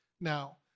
now